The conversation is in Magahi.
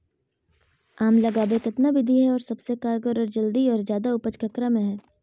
आम लगावे कितना विधि है, और सबसे कारगर और जल्दी और ज्यादा उपज ककरा में है?